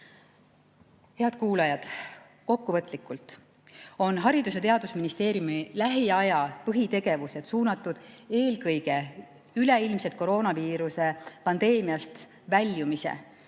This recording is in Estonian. Head kuulajad! Kokkuvõtlikult on Haridus‑ ja Teadusministeeriumi lähiaja põhitegevused suunatud eelkõige üleilmsest koroonaviiruse pandeemiast väljumise,